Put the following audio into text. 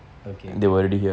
okay okay